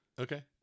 Okay